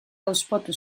hauspotu